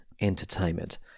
entertainment